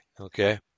Okay